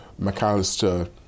McAllister